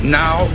now